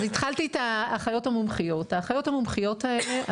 אז התחלתי את האחיות המומחיות האחיות המומחיות האלה,